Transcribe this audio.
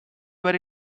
where